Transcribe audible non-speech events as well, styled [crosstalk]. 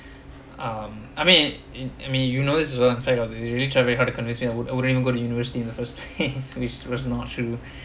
um I mean in in I mean you know this is the fact they really try very hard to convince me I wouldn't go to university in the first place [laughs] which was not true